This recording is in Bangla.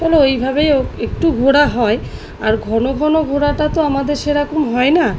চলো ওইভাবেই ও একটু ঘোরা হয় আর ঘন ঘন ঘোরাটা তো আমাদের সেরকম হয় না